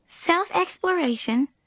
Self-exploration